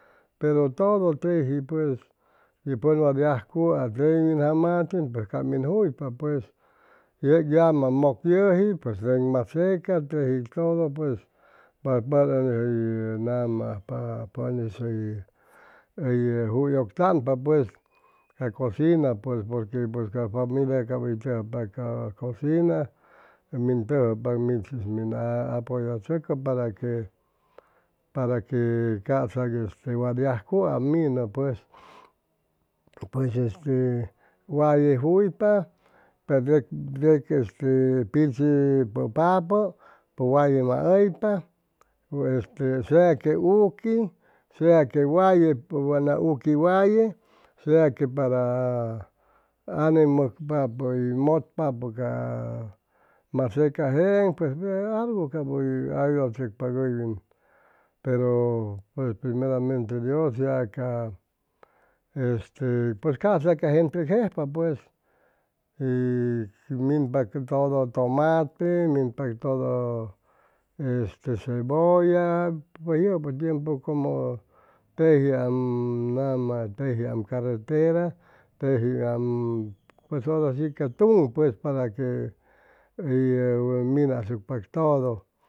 Pero todo teji pues pʉn wa yajcua teji jamatin pues cap min juypa pues yeg yamam mʉk yʉji pues teg maseca teji todo pues namaajpa pʉn'is hʉy juyʉgchaŋpa pues ca cocina pues porque ca familia cap hʉy tʉjʉpa ca cocina min tʉjʉpa min para que para que casag este wat yajcua minʉ pues este waye juypa pe tec pichi pʉpapʉ pues waye mahʉypa u este sea que uqui sea que waye pues wa na uqui waye a que para ane mʉcpapʉ hʉy mʉtpa ca maseca jeeŋ pues algu cap hʉy ayudachʉcpag hʉywin pero pues primeramente dios ya ca este pues ca'sa ca gente jejpa pues y shi minpa todo tomate minpa todo este cebolla pues yʉpʉ tiemʉ como tejiam nama tejiam caretera tejiam pues hora shi que tuŋ pues para que hʉy minasucpa todo